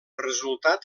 resultat